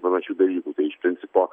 panašių dalykų tai iš principo